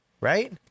Right